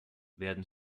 werden